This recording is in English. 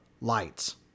Lights